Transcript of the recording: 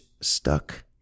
stuck